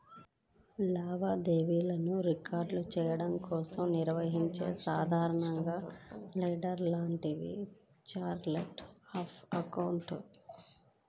లావాదేవీలను రికార్డ్ చెయ్యడం కోసం నిర్వహించే సాధారణ లెడ్జర్ లాంటిదే ఛార్ట్ ఆఫ్ అకౌంట్స్